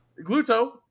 Gluto